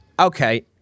okay